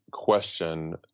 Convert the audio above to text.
question